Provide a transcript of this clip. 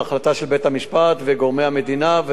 החלטה של בית-המשפט וגורמי המדינה,